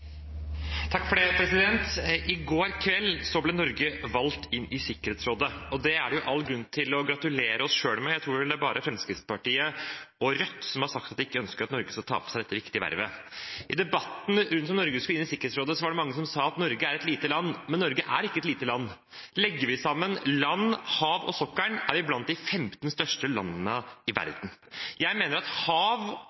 det all grunn til å gratulere oss selv med – jeg tror vel det bare er Fremskrittspartiet og Rødt som har sagt at de ikke ønsker at Norge skal ta på seg dette viktige vervet. I debatten rundt om Norge skulle inn i Sikkerhetsrådet, var det mange som sa at Norge er et lite land, men Norge er ikke et lite land. Legger vi sammen land, hav og sokkelen, er vi blant de 15 største landene i